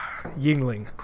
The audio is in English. Yingling